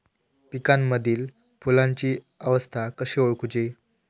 पिकांमदिल फुलांची अवस्था कशी ओळखुची?